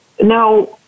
Now